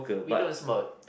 we don't smoke